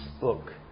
book